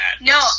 No